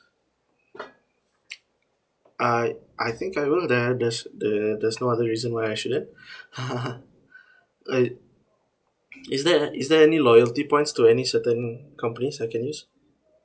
I I think I would the there's the there's no other reason why I shouldn't like is there is there any loyalty points to any certain companies I can use